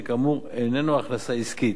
שכאמור איננו הכנסה עסקית.